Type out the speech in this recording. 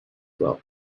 well